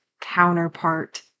counterpart